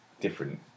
different